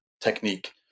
technique